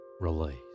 release